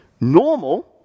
Normal